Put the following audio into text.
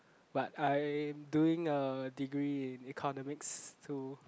but I'm doing a degree in economics so